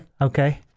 Okay